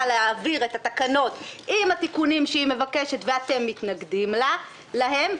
להעביר את התקנות עם התיקונים שהיא מבקשת ואתם מתנגדים להם,